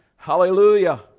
Hallelujah